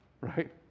Right